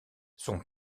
son